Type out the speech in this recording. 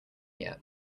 yet